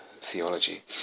theology